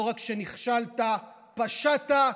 לא רק נכשלת, פשעת.